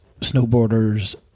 snowboarders